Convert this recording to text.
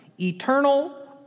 eternal